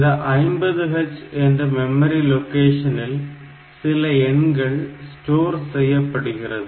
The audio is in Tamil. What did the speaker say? இந்த 50h என்ற மெமரி லொகேஷனில் சில எண்கள் ஸ்டோர் செய்யப்படுகிறது